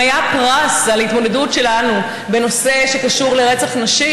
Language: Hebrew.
פרס על התמודדות שלנו בנושא שקשור לרצח נשים,